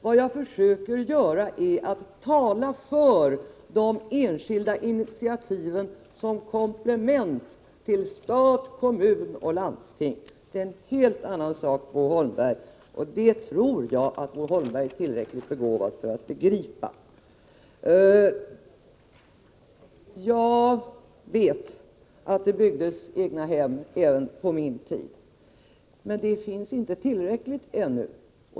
Vad jag försöker göra är att tala för de enskilda initiativen som komplement till stat, kommun och landsting. Det är en helt annan sak, Bo Holmberg. Det tror jag att Bo Holmberg är tillräckligt begåvad att begripa. Jag vet att det byggdes hem med egna rum även under min tid. Men det finns inte tillräckligt ännu.